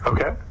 Okay